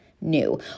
new